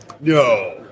No